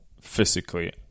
physically